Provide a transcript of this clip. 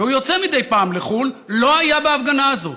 והוא יוצא מדי פעם לחו"ל, לא היה בהפגנה הזאת.